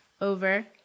over